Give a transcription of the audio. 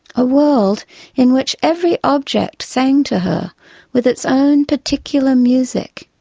a world in which every object sang to her with its own particular music,